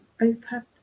open